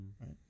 Right